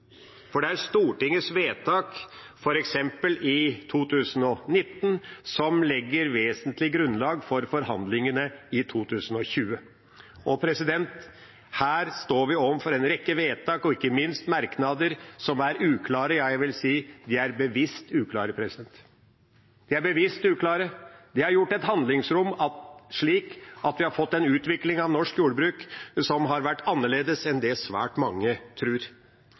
men det er Stortingets vedtak. Det er Stortingets vedtak f.eks. i 2019 som legger vesentlig grunnlag for forhandlingene i 2020, og her står vi overfor en rekke vedtak og ikke minst merknader som er uklare – ja, jeg vil si bevisst uklare. De er bevisst uklare. Det har blitt et handlingsrom, slik at vi har fått en utvikling av norsk jordbruk som har vært annerledes enn det svært mange